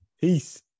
peace